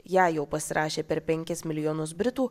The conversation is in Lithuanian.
ją jau pasirašė per penkis milijonus britų